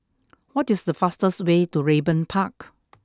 what is the fastest way to Raeburn Park